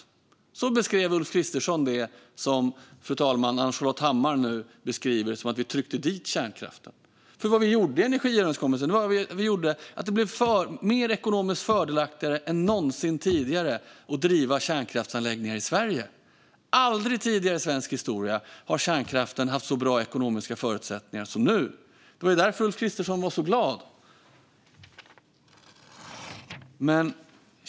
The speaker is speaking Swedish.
Med dessa ord beskrev alltså Ulf Kristersson samma sak, fru talman, som Ann-Charlotte Hammar Johnsson nu beskriver som att vi trycker dit kärnkraften. I energiöverenskommelsen gjorde vi det mer ekonomiskt fördelaktigt än någonsin tidigare att driva kärnkraftsanläggningar i Sverige. Aldrig tidigare i svensk historia har kärnkraften haft så pass bra ekonomiska förutsättningar som nu. Det var därför Ulf Kristersson var så glad.